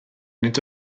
nid